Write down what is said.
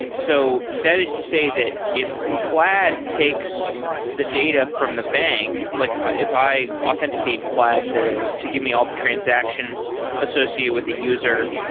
so that is to say that if plaid takes the data from the bank like if i authenticate plaid to to give me all the transactions associated with the user,